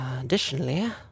Additionally